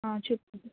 చెప్పు